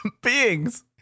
Beings